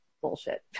bullshit